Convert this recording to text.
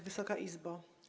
Wysoka Izbo!